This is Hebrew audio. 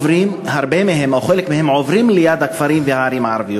והרבה מהם או חלק מהם עוברים ליד הכפרים הערביים,